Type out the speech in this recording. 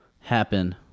happen